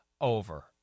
over